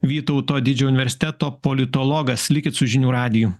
vytauto didžiojo universiteto politologas likit su žinių radijui